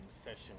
session